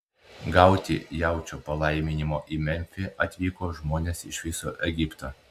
gauti jaučio palaiminimo į memfį atvykdavo žmonės iš viso egipto